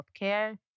healthcare